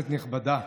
תודה רבה.